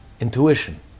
Intuition